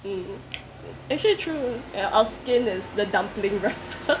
mm actually true ya our skin is the dumpling wrapper